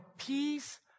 peace